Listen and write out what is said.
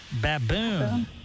Baboon